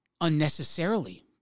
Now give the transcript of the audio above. unnecessarily